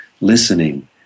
listening